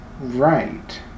right